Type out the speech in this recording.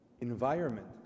environment